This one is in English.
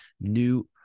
new